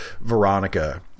Veronica